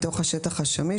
מתוך השטח השמיש,